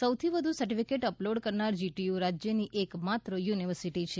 સૌથી વધુ certificate upload કરનાર જીટીયુ રાજ્યની એકમાત્ર યુનિવર્સીટી છે